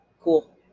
cool